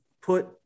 put